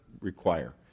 require